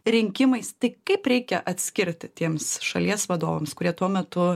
rinkimais tai kaip reikia atskirti tiems šalies vadovams kurie tuo metu